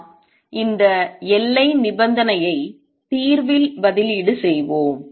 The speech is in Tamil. நாம் இந்த எல்லை நிபந்தனையை தீர்வில் பதிலீடு செய்வோம்